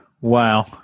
wow